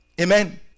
Amen